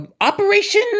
Operation